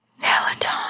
Peloton